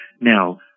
Now